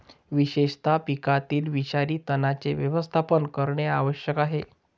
विशेषतः पिकातील विषारी तणांचे व्यवस्थापन करणे आवश्यक आहे